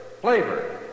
Flavor